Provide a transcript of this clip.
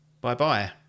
bye-bye